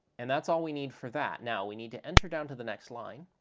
and that's all we need for that. now, we need to enter down to the next line,